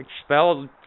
expelled